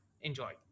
enjoy